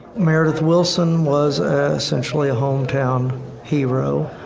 meredith willson was essentially a hometown hero.